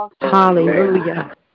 Hallelujah